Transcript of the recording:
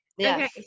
Okay